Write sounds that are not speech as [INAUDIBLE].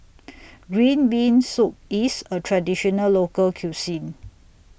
[NOISE] Green Bean Soup IS A Traditional Local Cuisine